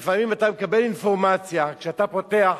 לפעמים אתה מקבל אינפורמציה שכשאתה פותח,